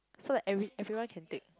so like every everyone can take